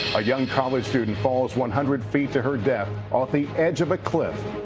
a young college student falls one hundred feet to her death off the edge of a cliff,